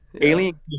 Alien